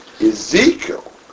Ezekiel